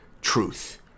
Truth